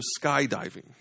skydiving